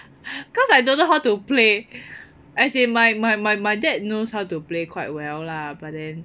cause I don't know how to play as in my my my my dad knows how to play quite well lah but then